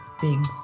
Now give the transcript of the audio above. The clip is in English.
big